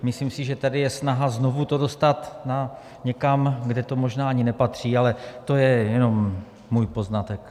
Myslím si, že tady je snaha znovu to dostat někam, kde to možná ani nepatří, ale to je jenom můj poznatek.